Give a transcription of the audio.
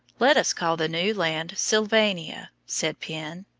let us call the new land sylvania, said penn,